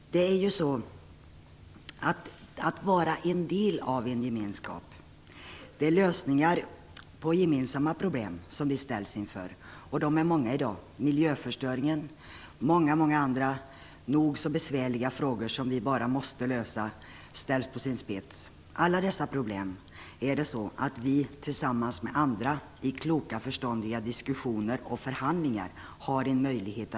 Som en del av en gemenskap ställs vi inför gemensamma problem, och de är många i dag. Miljöförstöringen och många andra nog så besvärliga frågor, som vi bara måste lösa, ställs på sin spets. Vi har en möjlighet att tillsammans med andra i kloka och förståndiga diskussioner och förhandlingar lösa alla dessa problem.